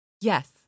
Yes